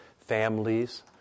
families